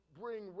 bring